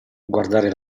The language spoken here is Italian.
guardare